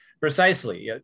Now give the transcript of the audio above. Precisely